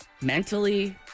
mentally